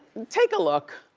take a look.